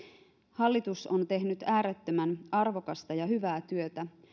hallitus on tehnyt äärettömän arvokasta ja hyvää työtä